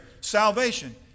salvation